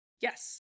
Yes